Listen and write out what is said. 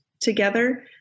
together